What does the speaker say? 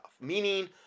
Meaning